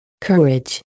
Courage